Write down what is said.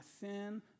sin